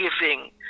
giving